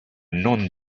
non